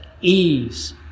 ease